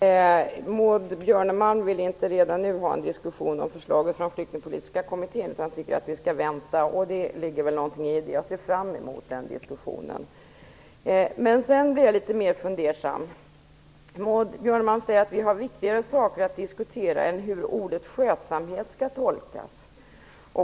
Fru talman! Maud Björnemalm vill inte ha en diskussion om förslaget från Flyktingpolitiska kommittén redan nu, utan hon tycker att vi skall vänta. Det ligger väl någonting i detta, och jag ser fram emot den diskussionen. Jag blir litet mer fundersam när Maud Björnemalm säger att vi har viktigare saker att diskutera än hur ordet "skötsamhet" skall tolkas.